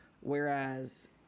whereas